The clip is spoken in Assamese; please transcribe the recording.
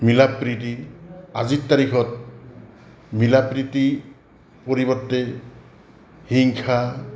মিলাপ্ৰীতি আজিৰ তাৰিখত মিলাপ্ৰীতি পৰিৱৰ্তে হিংসা